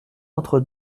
entre